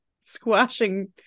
squashing